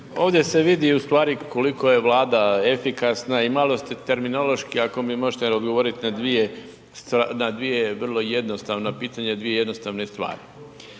ovdje se vidi ustvari koliko je Vlada efikasna i malo ste terminološki ako mi možete odgovoriti na dva vrlo jednostavna